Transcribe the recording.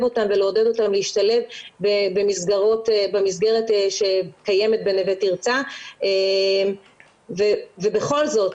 אותן ולעודד אותן להשתלב במסגרת שקיימת בנווה תרצה ובכל זאת,